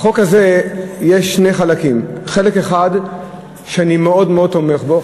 בחוק הזה יש שני חלקים: חלק אחד שאני מאוד מאוד תומך בו,